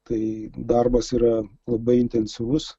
kai darbas yra labai intensyvus